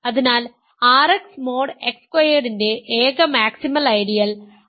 അതിനാൽ RX mod X സ്ക്വയർഡിന്റെ ഏക മാക്സിമൽ ഐഡിയൽ ഐഡിയൽ XI ആണ്